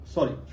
Sorry